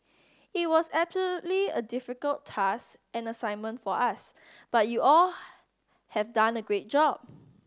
it was absolutely a difficult task and assignment for us but you all have done a great job